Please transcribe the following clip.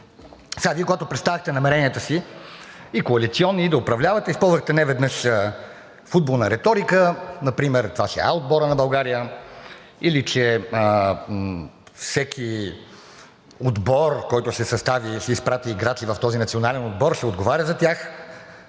Вие, когато представяхте намеренията си – и коалиционни, и да управлявате, използвахте неведнъж футболна риторика. Например това ще е А отборът на България или че всеки отбор, който ще изпрати играчи в този национален отбор, ще отговаря за тях.